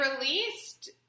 released